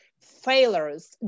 failures